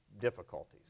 difficulties